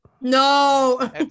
no